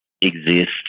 exist